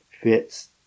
fits